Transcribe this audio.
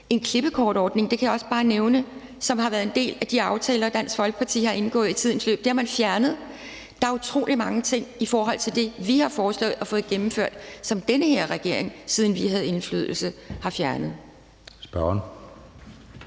en klippekortordning? Det kan jeg også bare nævne har været en del af de aftaler, som Dansk Folkeparti har indgået i tidens løb. Det har man fjernet. Der er utrolig mange ting i forhold til det, vi har foreslået og fået gennemført, som den her regering, siden vi havde indflydelse, har fjernet.